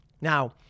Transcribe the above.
Now